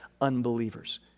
unbelievers